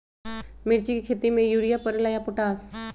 मिर्ची के खेती में यूरिया परेला या पोटाश?